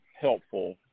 helpful